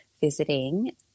visiting